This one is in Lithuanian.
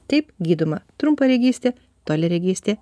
taip gydoma trumparegystė toliaregystė